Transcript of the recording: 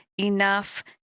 enough